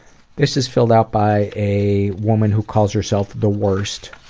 this is filled out by a woman who calls herself the worst.